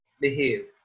behave